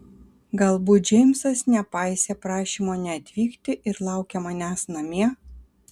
galbūt džeimsas nepaisė prašymo neatvykti ir laukia manęs namie